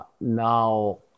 Now